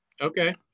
okay